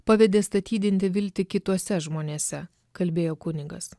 pavedė statydinti viltį kituose žmonėse kalbėjo kunigas